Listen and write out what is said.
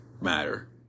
matter